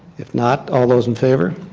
if not, all those in favor?